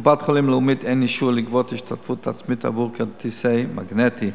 לקופת-חולים "לאומית" אין אישור לגבות השתתפות עצמית עבור כרטיס מגנטי.